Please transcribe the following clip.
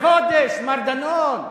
בחודש, מר דנון,